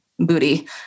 Booty